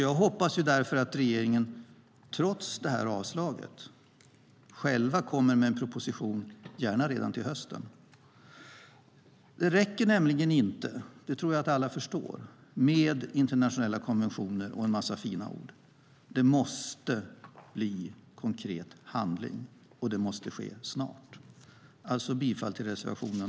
Jag hoppas därför att regeringen, trots detta avslag, själv kommer med en proposition gärna redan till hösten. Jag tror att alla förstår att det inte räcker med internationella konventioner och en massa fina ord. Det måste bli konkret handling, och det måste ske snart. Jag yrkar alltså bifall till reservationen.